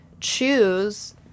choose